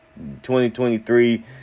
2023